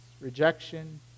rejection